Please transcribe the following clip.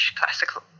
classical